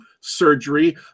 surgery